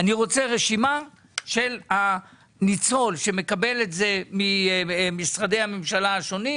אני רוצה רשימה של הניצול שמקבל את זה ממשרדי הממשלה השונים,